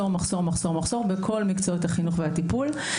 מחסור-מחסור-מחסור בכל מקצועות החינוך והטיפול.